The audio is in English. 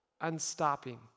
unstopping